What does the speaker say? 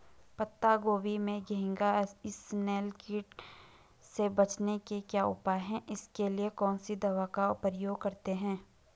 पत्ता गोभी में घैंघा इसनैल कीट से बचने के क्या उपाय हैं इसके लिए कौन सी दवा का प्रयोग करते हैं?